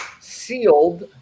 sealed